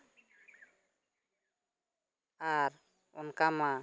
ᱟᱨ ᱚᱱᱠᱟ ᱢᱟ